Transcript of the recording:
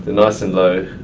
nice and low.